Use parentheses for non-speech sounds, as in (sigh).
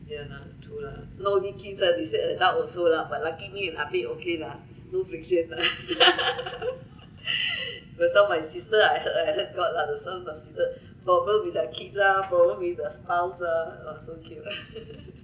ya lah true lah not only kids lah they said adult also lah but lucky me and ah pek okay lah no friction (laughs) because some of my sister I heard I heard got lah that some of my sister problem with their kids lah problem with their spouse lah !wah! so cute